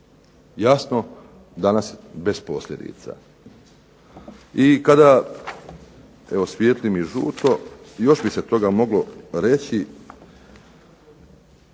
Jasno danas bez posljedica. I kada, evo svijetli mi žuto, još bi se toga moglo reći.